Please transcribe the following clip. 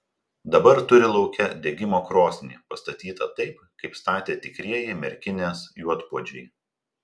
dabar turi lauke degimo krosnį pastatytą taip kaip statė tikrieji merkinės juodpuodžiai